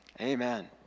Amen